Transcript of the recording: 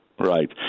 Right